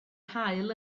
haul